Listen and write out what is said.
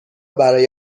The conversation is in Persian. برای